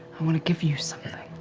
i want to give you something.